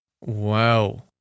wow